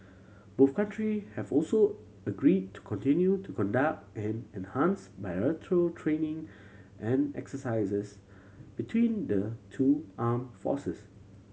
both country have also agreed to continue to conduct and enhance bilateral training and exercises between the two armed forces